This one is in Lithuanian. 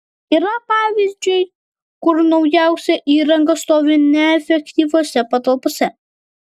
yra pavyzdžių kur naujausia įranga stovi neefektyviose patalpose